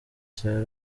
cya